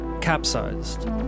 capsized